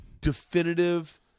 definitive